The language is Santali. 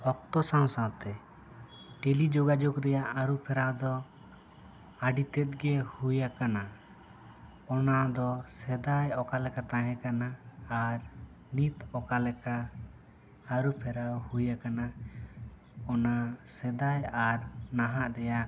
ᱚᱠᱛᱚ ᱥᱟᱶ ᱥᱟᱶᱛᱮ ᱰᱮᱞᱤ ᱡᱚᱜᱟᱡᱚᱜ ᱨᱮᱭᱟᱜ ᱟᱹᱨᱩ ᱯᱷᱮᱨᱟᱣ ᱫᱚ ᱟᱹᱰᱤ ᱛᱮᱫ ᱜᱮ ᱦᱩᱭ ᱟᱠᱟᱱᱟ ᱚᱱᱟ ᱫᱚ ᱥᱮᱫᱟᱭ ᱚᱠᱟ ᱞᱮᱠᱟ ᱛᱟᱦᱮᱸ ᱠᱟᱱᱟ ᱟᱨ ᱱᱤᱛ ᱚᱠᱟ ᱞᱮᱠᱟ ᱟᱹᱨᱩ ᱯᱷᱮᱨᱟᱣ ᱦᱩᱭ ᱟᱠᱟᱱᱟ ᱚᱱᱟ ᱥᱮᱫᱟᱭ ᱟᱨ ᱱᱟᱦᱟᱜ ᱨᱮᱭᱟᱜ